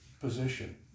position